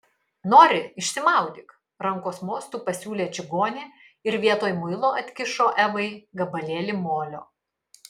nori išsimaudyk rankos mostu pasiūlė čigonė ir vietoj muilo atkišo evai gabalėlį molio